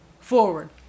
Forward